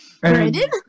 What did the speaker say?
Brandon